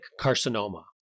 carcinoma